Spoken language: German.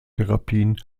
therapien